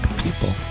people